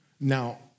Now